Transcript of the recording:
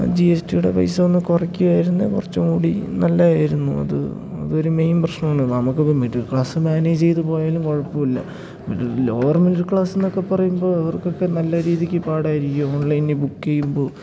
G S റ്റീയുടെ പൈസ ഒന്ന് കുറക്കുകയായിരുന്നേ കുറച്ചും കൂടി നല്ലതായിരുന്നു അത് അതൊരു മെയിൻ പ്രശ്നമാണ് നമുക്കിപ്പം മിഡിൽ ക്ലാസ് മേനേജ് ചെയ്തു പോയാലും കുഴപ്പമില്ല ഇത് ലോവർ മിഡിൽ ക്ലാസെന്നൊക്കെ പറയുമ്പോൾ അവർക്കൊക്കെ നല്ല രീതിക്ക് പാടായിരിക്കും ഓൺലൈനിൽ ബുക്ക് ചെയ്യുമ്പോൾ